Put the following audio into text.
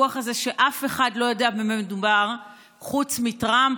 הסיפוח הזה שאף אחד לא יודע במה מדובר חוץ מטראמפ,